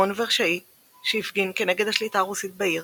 המון ורשאי שהפגין כנגד השליטה הרוסית בעיר